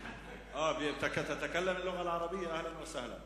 אהלן וסהלן.